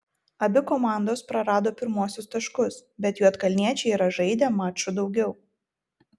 abi komandos prarado pirmuosius taškus bet juodkalniečiai yra žaidę maču daugiau